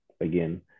again